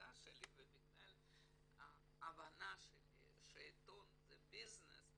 הדאגה שלי וההבנה שלי שעיתון זה ביזנס,